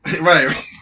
Right